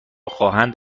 خواهند